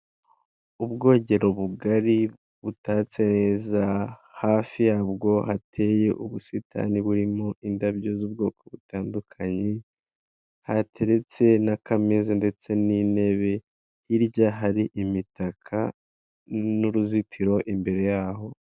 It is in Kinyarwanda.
Ubwogero bugari butatse neza hafi yabwo hateye ubusitani burimo indabyo z'ubwoko butandukanye, hateretse n'akameza ndetse n'intebe. Hirya hari imitaka n'uruzitiro imbere yaho.